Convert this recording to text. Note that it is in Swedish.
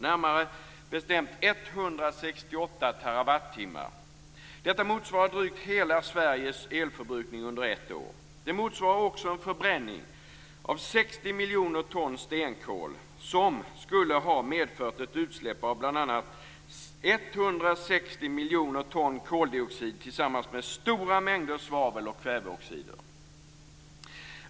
Närmare bestämt rör det sig om 168 TWh. Detta motsvarar drygt hela Sveriges elförbrukning under ett år. Det motsvarar också en förbränning av 60 miljoner ton stenkol, som skulle ha medfört ett utsläpp av bl.a. 160 miljoner ton koldioxid tillsammans med stora mängder svavel och kväveoxider.